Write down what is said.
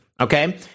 Okay